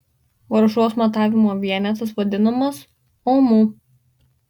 varžos matavimo vienetas vadinamas omu